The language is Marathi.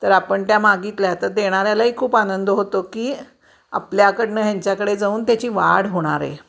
तर आपण त्या मागितल्या तर देणाऱ्यालाही खूप आनंद होतो की आपल्याकडून ह्यांच्याकडे जाऊन त्याची वाढ होणार आहे